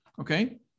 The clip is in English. okay